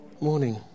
Morning